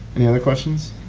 other questions?